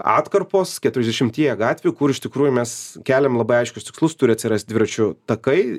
atkarpos keturiasdešimtyje gatvių kur iš tikrųjų mes keliam labai aiškius tikslus turi atsirast dviračių takai